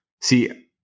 See